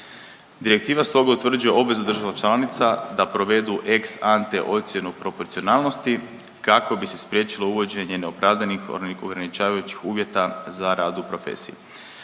Direktiva stoga utvrđuje obvezuje država članica da provedu EX ANTE ocjenu proporcionalnosti kao bi se spriječilo uvođenje neopravdanih, ograničavajućih uvjeta za rad u profesiji.